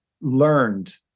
learned